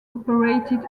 operated